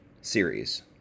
series